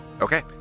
Okay